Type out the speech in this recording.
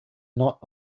not